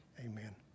Amen